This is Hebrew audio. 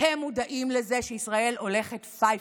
הם מודעים לזה שישראל הולכת פייפן.